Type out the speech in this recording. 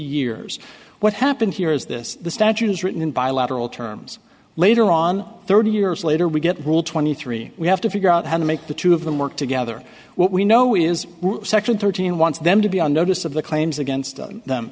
years what happened here is this the statute is written in bilateral terms later on thirty years later we get rule twenty three we have to figure out how to make the two of them work together what we know is section thirteen wants them to be on notice of the claims against them